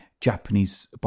Japanese